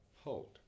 Hold